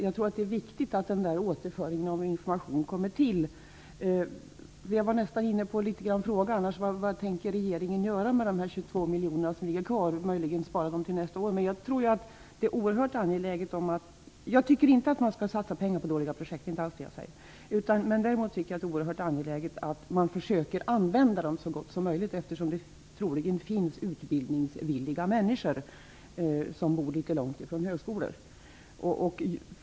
Jag tror att det är viktigt att återföringen av information kommer till stånd. Jag var nästan inne på att fråga vad regeringen tänker göra med de 22 miljoner som finns kvar. Man kan möjligen spara dem till nästa år. Jag tycker inte att man skall satsa pengar på dåliga projekt, det är inte alls det jag säger. Däremot tycker jag att det är oerhört angeläget att man försöker använda dem så gott det går, eftersom det troligen finns utbildningsvilliga människor som bor litet långt från högskolor.